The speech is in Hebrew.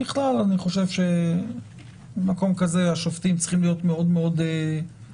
אני חושב שבמקום כזה השופטים צריכים להיות מאוד מאוד ערניים.